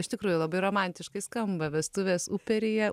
iš tikrųjų labai romantiškai skamba vestuvės uperyje